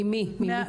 ממי קיבלת את הממצאים?